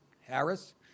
Harris